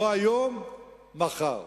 לא היום, מחר.